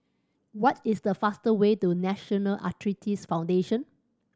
what is the fastest way to National Arthritis Foundation